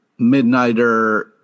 Midnighter